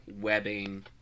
webbing